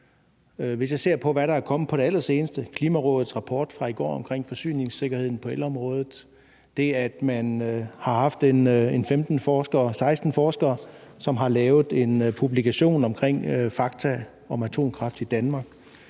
Hvis jeg ser på, hvad der er kommet på det allerseneste, Klimarådets rapport fra i går om forsyningssikkerheden på elområdet, vil jeg sige, at man har haft en 15-16 forskere, som har lavet en publikation om fakta om atomkraft i Danmark,